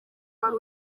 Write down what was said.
wari